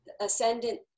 ascendant